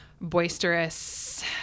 boisterous